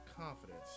confidence